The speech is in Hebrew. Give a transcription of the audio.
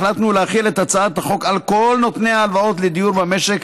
החלטנו להחיל את הצעת החוק על כל נותני ההלוואות לדיור במשק,